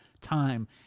time